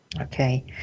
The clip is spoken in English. Okay